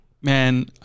man